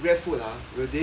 will they